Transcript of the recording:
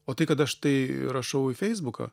o tai kad aš tai rašau į feisbuką